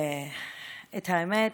האמת,